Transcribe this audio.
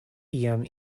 iam